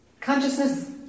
consciousness